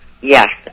Yes